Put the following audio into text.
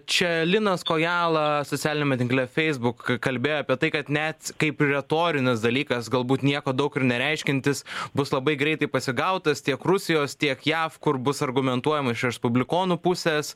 čia linas kojala socialiniame tinkle feisbuk kalbėjo apie tai kad net kaip retorinis dalykas galbūt nieko daug ir nereiškiantis bus labai greitai pasigautas tiek rusijos tiek jav kur bus argumentuojama iš respublikonų pusės